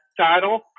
title